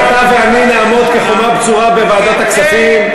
אתה ואני נעמוד כחומה בצורה בוועדת הכספים,